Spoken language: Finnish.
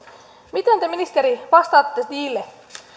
miten te ministeri vastaatte niille